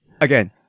again